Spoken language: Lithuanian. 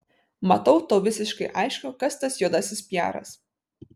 matau tau visiškai aišku kas tas juodasis piaras